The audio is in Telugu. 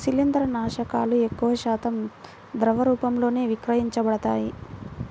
శిలీంద్రనాశకాలు ఎక్కువశాతం ద్రవ రూపంలోనే విక్రయించబడతాయి